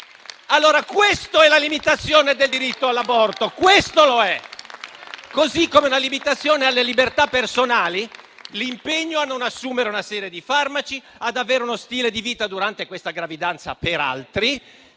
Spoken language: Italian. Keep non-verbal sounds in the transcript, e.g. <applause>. padroni. Questa è limitazione del diritto all'aborto, questo lo è! <applause> Così come è una limitazione alle libertà personali l'impegno a non assumere una serie di farmaci, ad avere un certo stile di vita durante questa gravidanza per altri,